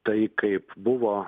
tai kaip buvo